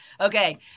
Okay